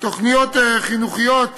תוכניות חינוכיות,